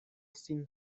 sin